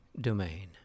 domain